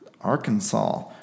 Arkansas